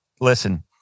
listen